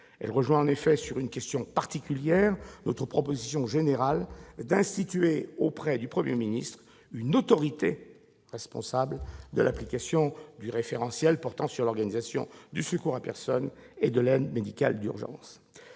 Elle rejoint en effet, sur une question particulière, notre proposition générale d'instituer auprès du Premier ministre une « autorité responsable de l'application du référentiel portant sur l'organisation du secours à personne et de l'aide médicale urgente